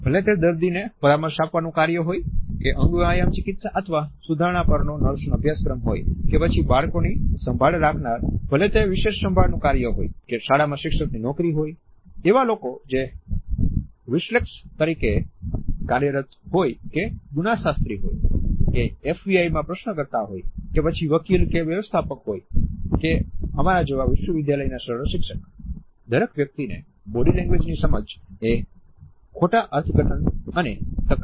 ભલે તે દર્દી ને પરામર્શ આપવાનું કાર્ય હોય કે અંગવ્યાયામ ચિકિત્સા અથવા સુધારણા પરનો નર્સ નો અભ્યાસક્રમ હોય કે પછી બાળકોની સંભાળ રાખનાર ભલે તે વિશેષ સંભાળનું કાર્ય હોય કે શાળામાં શિક્ષકની નોકરી હોય એવા લોકો જે માહિતી વિશ્લેષક તરીકે કાર્યરત હોય કે ગુનાશાસ્ત્રી હોય કે FBI માં પ્રશ્નકર્તા હોય કે પછી વકીલ કે વ્યવસ્થાપક હોય કે અમારા જેવા વિશ્વવિદ્યાલયના સરળ શિક્ષક હોય દરેક વ્યક્તિને બોડી લેંગ્વેજની સમજ એ ખોટા અર્થઘટન અને તકરાર કે વિરોધીથી દૂર રાખવામાં મદદરૂપ થાય છે